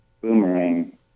Boomerang